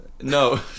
No